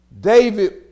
David